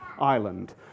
island